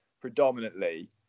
predominantly